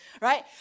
right